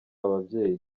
ababyeyi